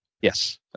Yes